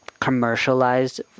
commercialized